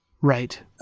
Right